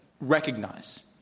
recognize